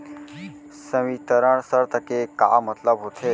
संवितरण शर्त के का मतलब होथे?